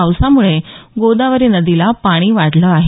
पावसामुळे गोदावरी नदीला पाणी वाढलं आहे